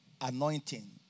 anointing